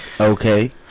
Okay